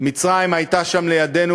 מצרים הייתה שם לידנו,